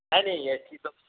ନାଇଁ ନାଇଁ ଏଠି ତ